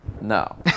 no